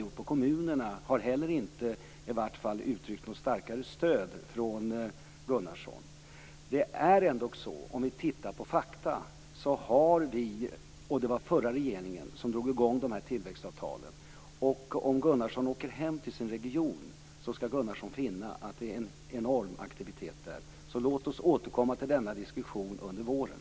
Rolf Gunnarsson har inte heller uttryckt i varje fall något starkare stöd för de stora satsningar som har gjorts på kommunerna. Låt oss se på fakta. Det var den förra regeringen som drog i gång arbetet med tillväxtavtalen. Om Gunnarsson åker hem till sin region, skall han finna att det pågår en enorm aktivitet där. Låt oss alltså återkomma till denna diskussion under våren.